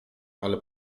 ale